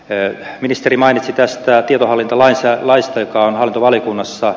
te ministeri mainitsi tästä tietohallintolaista laista joka on hallintovaliokunnassa